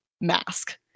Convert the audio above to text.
mask